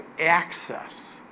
access